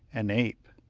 an ape.